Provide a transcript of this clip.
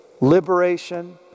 liberation